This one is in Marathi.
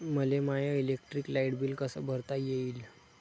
मले माय इलेक्ट्रिक लाईट बिल कस भरता येईल?